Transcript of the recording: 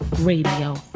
Radio